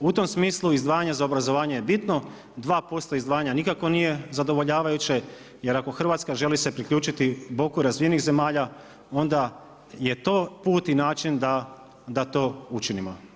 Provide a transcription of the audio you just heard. U tom smislu izdvajanje za obrazovanje je bitno, 2% izdvajanja nikako nije zadovoljavajuće jer ako Hrvatska želi se priključiti boku razvijenih zemalja onda je to put i način da to učinimo.